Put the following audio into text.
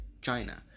China